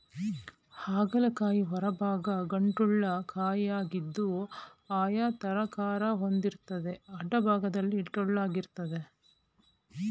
ಹಾಗಲ ಕಾಯಿ ಹೊರಭಾಗ ಗಂಟುಳ್ಳ ಕಾಯಿಯಾಗಿದ್ದು ಆಯತಾಕಾರ ಹೊಂದಿರ್ತದೆ ಅಡ್ಡಭಾಗದಲ್ಲಿ ಟೊಳ್ಳಾಗಿರ್ತದೆ